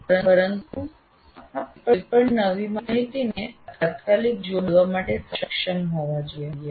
પરંતુ આપ કોઈપણ નવી માહિતીને તાત્કાલિક જોડવા માટે સક્ષમ હોવા જોઈએ